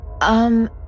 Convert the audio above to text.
Um